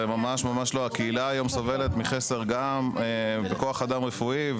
הקהילה היום סובלת מחסר גם בכוח אדם רפואי.